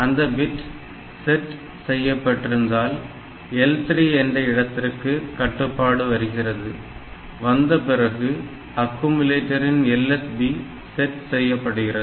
அந்த bit set செய்யப்பட்டிருந்தால் L3 என்ற இடத்திற்கு கட்டுப்பாடு வருகிறது வந்த பிறகு அக்குமுலேட்டரின் LSB செட் செய்யப்படுகிறது